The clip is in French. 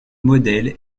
modèle